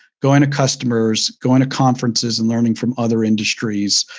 going to customers, going to conferences and learning from other industries,